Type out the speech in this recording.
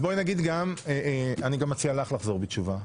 אני גם מציע לך לחזור בתשובה,